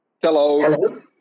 Hello